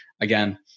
again